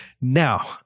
Now